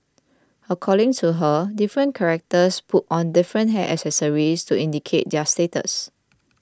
according to her different characters put on different hair accessories to indicate their status